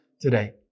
today